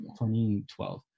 2012